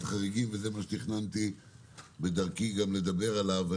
חריגים וזה מה שתכננתי בדרכי לדבר עליו.